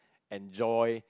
enjoy